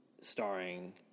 starring